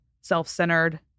self-centered